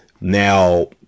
now